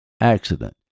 accident